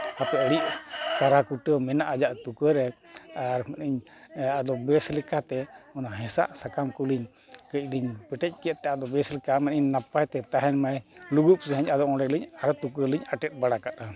ᱦᱟᱯᱮ ᱟᱹᱲᱤ ᱠᱟᱨᱟ ᱠᱩᱴᱟᱹ ᱢᱮᱱᱟᱜᱼᱟ ᱟᱭᱟᱜ ᱛᱩᱠᱟᱹ ᱨᱮ ᱟᱨ ᱤᱧ ᱟᱫᱚ ᱵᱮᱹᱥ ᱞᱮᱠᱟᱛᱮ ᱚᱱᱟ ᱦᱮᱥᱟᱜ ᱥᱟᱠᱟᱢ ᱠᱚᱞᱤᱧ ᱠᱟᱹᱡ ᱞᱤᱧ ᱯᱮᱴᱮᱡ ᱠᱮᱫ ᱛᱮ ᱟᱫᱚ ᱵᱮᱹᱥ ᱞᱮᱠᱟ ᱤᱧ ᱱᱟᱯᱟᱭ ᱛᱮ ᱛᱟᱦᱮᱱ ᱢᱟᱭ ᱞᱩᱜᱩᱫ ᱥᱟᱺᱦᱤᱡ ᱚᱸᱰᱮ ᱞᱤᱧ ᱟᱨᱚ ᱛᱩᱠᱟᱹ ᱞᱤᱧ ᱟᱴᱮᱫ ᱵᱟᱲᱟ ᱠᱟᱜᱼᱟ